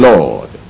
Lord